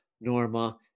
Norma